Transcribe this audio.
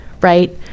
right